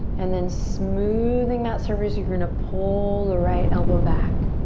and then smoothing that surface, you're gonna pull the right elbow back.